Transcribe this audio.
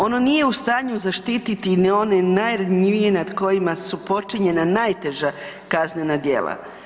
Oni nije u stanju zaštiti ni one najranjivije nad kojima su počinjena najteža kaznena djela.